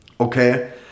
Okay